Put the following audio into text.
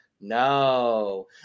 no